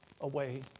away